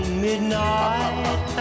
midnight